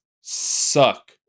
suck